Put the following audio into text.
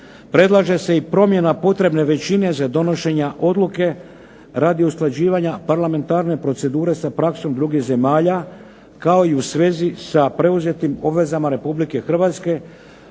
predlaže se i promjena potrebne većine za donošenje odluke radi usklađivanja parlamentarne procedure sa praksom drugih zemalja kao i u svezi sa preuzetim obvezama RH koje proizlaze